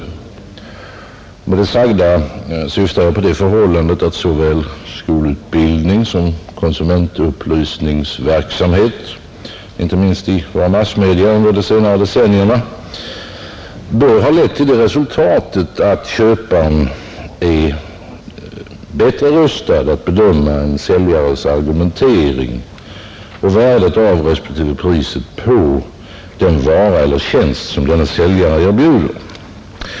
Med det sagda syftar jag på det förhållandet att såväl skolutbildning som konsumentupplysningsverksamhet, inte minst i våra massmedia, under de senare decennierna bör ha lett till det resultatet att köparen är bättre rustad att bedöma en säljares argumentering och värdet av respektive priset på den vara eller tjänst som denne säljare erbjuder.